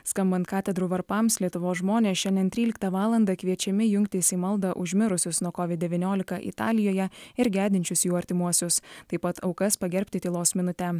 skambant katedrų varpams lietuvos žmonės šiandien tryliktą valandą kviečiami jungtis į maldą už mirusius nuo covid devyniolika italijoje ir gedinčius jų artimuosius taip pat aukas pagerbti tylos minute